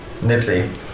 nipsey